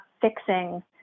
fixing